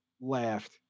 laughed